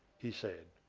he said.